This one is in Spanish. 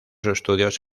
estudios